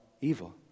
evil